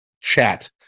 chat